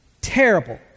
Terrible